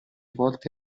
volte